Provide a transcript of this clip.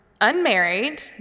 unmarried